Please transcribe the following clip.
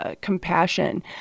Compassion